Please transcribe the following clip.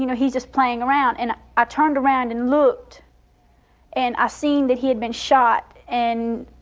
you know, he's just playing around. and i turned around and looked and i seen that he had been shot. and